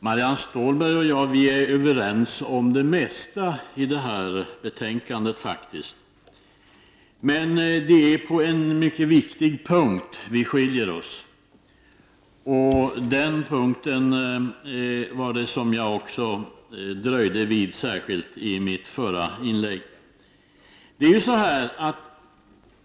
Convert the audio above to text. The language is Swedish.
Herr talman! Marianne Stålberg och jag är överens om det mesta i det här betänkandet. Men på en mycket viktig punkt skiljer vi oss åt. Den punkten dröjde jag mig vid särskilt i mitt förra inlägg.